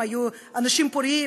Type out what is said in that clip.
הם היו אנשים פוריים,